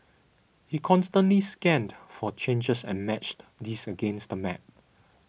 he constantly scanned for changes and matched these against the map